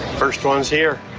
first ones here.